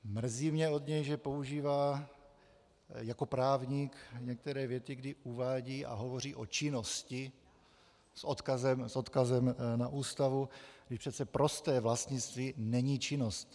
Mrzí mě od něj, že používá jako právník některé věty, kdy uvádí a hovoří o činnosti s odkazem na Ústavu, když přece prosté vlastnictví není činnost.